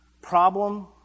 problem